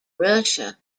russia